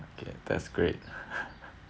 ya that's great